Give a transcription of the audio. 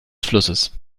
flusses